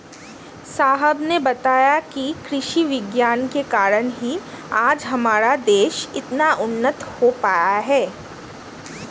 साहब ने बताया कि कृषि विज्ञान के कारण ही आज हमारा देश इतना उन्नत हो पाया है